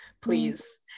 please